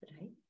Right